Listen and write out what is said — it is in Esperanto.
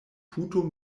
puto